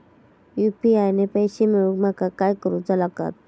UPI ने पैशे मिळवूक माका काय करूचा लागात?